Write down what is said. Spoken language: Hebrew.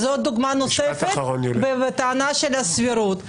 זו דוגמה נוספת בטענה של הסבירות.